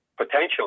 Potentially